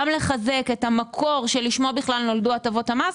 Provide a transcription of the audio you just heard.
גם לחזק את המקור שלשמו נולדו הטבות המס,